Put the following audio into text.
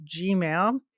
Gmail